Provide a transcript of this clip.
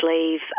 leave